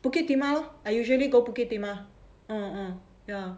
bukit timah lor I usually go bukit timah uh uh ya